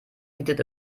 bietet